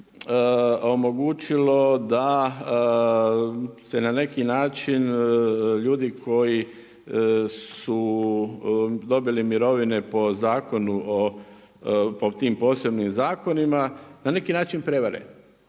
omogućilo da se na neki način ljudi koji su dobili mirovine po Zakonu o, po tim posebnim zakonima na neki način prevare.